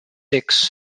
six